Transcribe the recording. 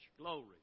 glory